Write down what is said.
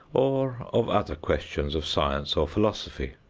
or of other questions of science or philosophy.